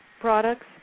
products